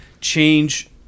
change